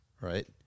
right